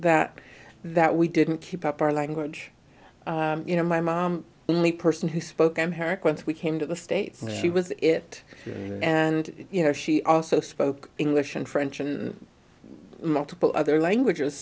that that we didn't keep up our language you know my mom only person who spoke i'm her quince we came to the states she was it and you know she also spoke english and french and multiple other languages